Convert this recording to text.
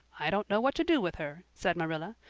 i don't know what to do with her, said marilla.